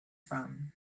from